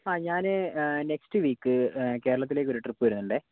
ആ ഞാൻ next week കേരളത്തിലേക്ക് ഒരു ട്രിപ്പ് വരുന്നുണ്ടേ